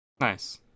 Nice